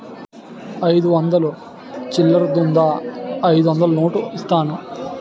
అయిదు వందలు చిల్లరుందా అయిదొందలు నోటిస్తాను?